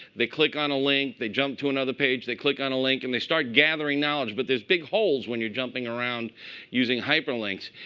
they click on a link. they jump to another page. they click on a link. and they start gathering knowledge. but there's big holes when you're jumping around using hyperlinks.